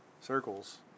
circles